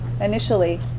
initially